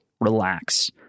relax